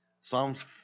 Psalms